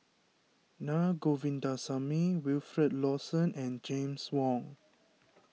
Na Govindasamy Wilfed Lawson and James Wong